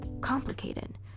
complicated